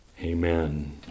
Amen